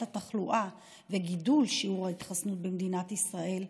התחלואה וגידול שיעור ההתחסנות במדינת ישראל,